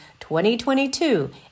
2022